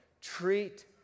treat